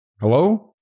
Hello